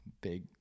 Big